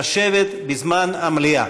לשבת בזמן המליאה.